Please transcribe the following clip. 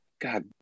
God